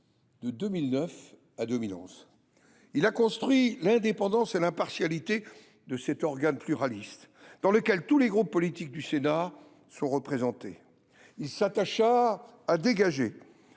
de 2009 à 2011. Il a construit l’indépendance et l’impartialité de cet organe pluraliste, dans lequel tous les groupes politiques du Sénat sont représentés. Il s’attacha à dégager